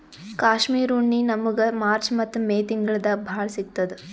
ಕಾಶ್ಮೀರ್ ಉಣ್ಣಿ ನಮ್ಮಗ್ ಮಾರ್ಚ್ ಮತ್ತ್ ಮೇ ತಿಂಗಳ್ದಾಗ್ ಭಾಳ್ ಸಿಗತ್ತದ್